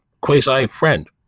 quasi-friend